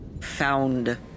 found